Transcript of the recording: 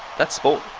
that's sport.